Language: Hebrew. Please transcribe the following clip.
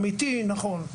אמיתי ונכון.